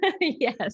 yes